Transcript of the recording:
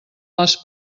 les